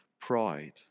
pride